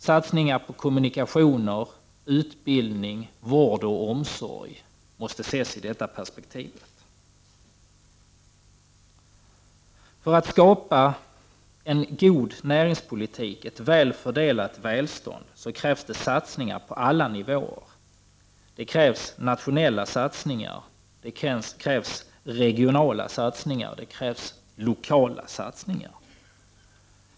Satsningar på kommunikationer, utbildning, vård och omsorg måste ses i detta perspektiv. För att skapa en god näringspolitik och ett väl fördelat välstånd krävs det satsningar på alla nivåer. Det krävs nationella satsningar, regionala satsningar och lokala satsningar.